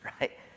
right